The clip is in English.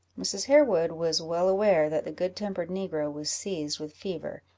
mrs. harewood was well aware that the good-tempered negro was seized with fever,